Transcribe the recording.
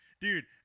Dude